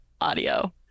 audio